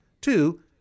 Two